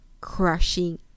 crushing